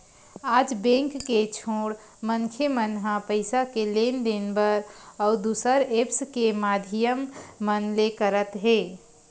आज बेंक के छोड़ मनखे मन ह पइसा के लेन देन बर अउ दुसर ऐप्स के माधियम मन ले करत हे